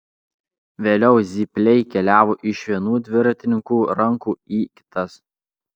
vėliau zypliai keliavo iš vienų dvarininkų rankų į kitas